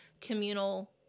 communal